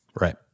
right